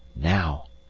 now!